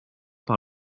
par